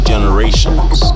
Generations